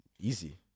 Easy